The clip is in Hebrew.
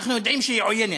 אנחנו יודעים שהיא עוינת,